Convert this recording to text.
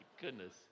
goodness